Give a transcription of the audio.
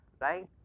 right